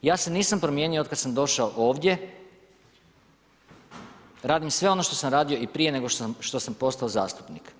Ja se nisam promijenio od kad sam došao ovdje, radim sve ono što sam radio i prije nego što sam postao zastupnik.